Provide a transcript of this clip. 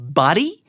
body